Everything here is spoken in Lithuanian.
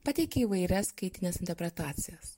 pateikė įvairias skaitines interpretacijas